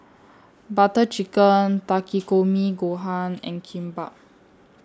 Butter Chicken Takikomi Gohan and Kimbap